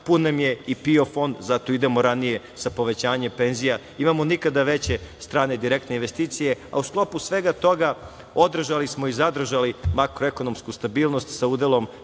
nam je i PIO fond. Zato idemo ranije sa povećanjem penzija. Imamo nikada veće strane direktne investicije, a u sklopu svega toga održali smo i zadržali makroekonomsku stabilnost sa udelom